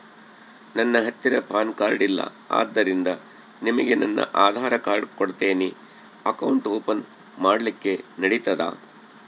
ನನ್ನ ಹತ್ತಿರ PAN card ಇಲ್ಲ ಆದ್ದರಿಂದ ನಿಮಗೆ ನನ್ನ ಆಧಾರ್ ಕಾರ್ಡ್ ಕೊಡ್ತೇನಿ ಅಕೌಂಟ್ ಓಪನ್ ಮಾಡ್ಲಿಕ್ಕೆ ನಡಿತದಾ?